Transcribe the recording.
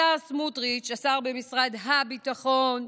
השר סמוטריץ', השר במשרד הביטחון,